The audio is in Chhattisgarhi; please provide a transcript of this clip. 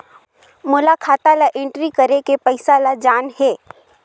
मोला खाता ला एंट्री करेके पइसा ला जान हे?